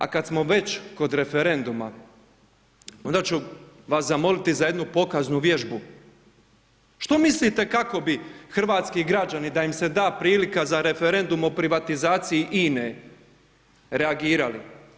A kad smo već kod referenduma, onda ću vas zamoliti za jednu pokaznu vježbu, što mislite kako bi hrvatski građani da im se da prilika za Referendum o privatizaciji INA-e, reagirali?